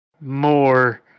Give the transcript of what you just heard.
more